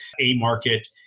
A-market